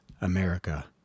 America